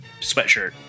Sweatshirt